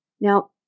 Now